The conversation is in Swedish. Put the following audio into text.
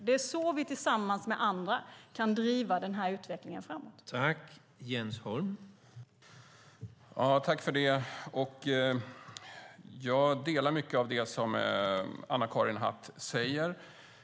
Det är så vi kan driva den här utvecklingen framåt tillsammans med andra.